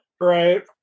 Right